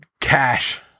cash